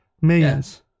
millions